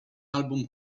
album